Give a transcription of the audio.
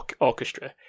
orchestra